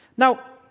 now,